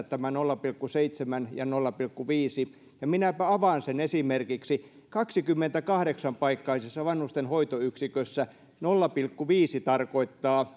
tämä nolla pilkku seitsemän ja nolla pilkku viisi on kieltämättä ollut välillä vaikea ymmärtää ja minäpä avaan sen esimerkiksi kaksikymmentäkahdeksan paikkaisessa vanhustenhoitoyksikössä nolla pilkku viisi tarkoittaa